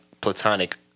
platonic